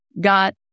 got